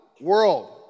World